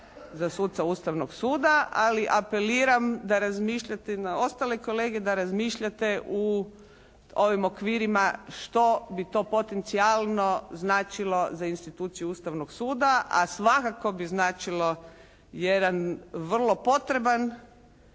za suca Ustavnog suda. Ali apeliram da razmišljate na ostale kolege da razmišljate u ovim okvirima što bi to potencijalno značilo za instituciju Ustavnog suda. A svakako bi značilo jedan vrlo potreban,